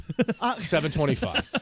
725